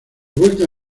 vuelta